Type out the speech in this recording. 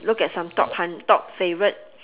look at some top hun~ top favourite